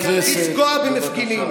לפגוע במפגינים.